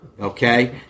Okay